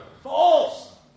False